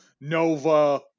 Nova